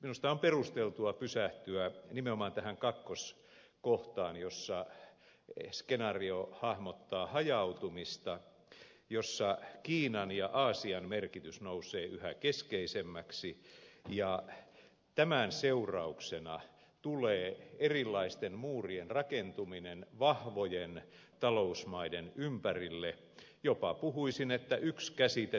minusta on perusteltua pysähtyä nimenomaan tähän kakkoskohtaan jossa skenaario hahmottaa hajautumista jossa kiinan ja aasian merkitys nousee yhä keskeisemmäksi ja tämän seurauksena tulee erilaisten muurien rakentuminen vahvojen talousmaiden ympärille jopa puhuisin käsitteellä tullimuurit